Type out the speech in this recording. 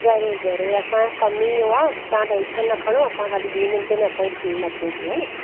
ज़रूर ज़रूर असांजो कमु ई इहो आहे तव्हां टेंशन न खणो असां खाली ॿीं मिंटें में असां ई टीम अचे थी हा न